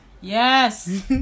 yes